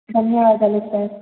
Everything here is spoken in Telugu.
ధన్యవాదాలు సార్